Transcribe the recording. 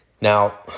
Now